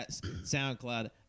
SoundCloud